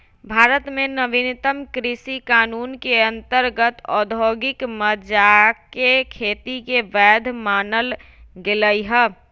भारत में नवीनतम कृषि कानून के अंतर्गत औद्योगिक गजाके खेती के वैध मानल गेलइ ह